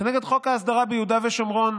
כנגד חוק ההסדרה ביהודה ושומרון,